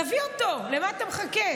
תביא אותו, למה אתה מחכה?